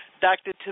dr